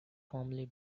formerly